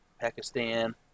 Pakistan